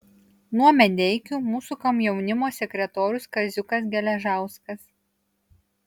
nuo medeikių mūsų komjaunimo sekretorius kaziukas geležauskas